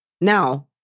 Now